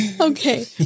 okay